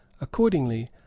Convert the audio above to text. Accordingly